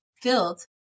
filled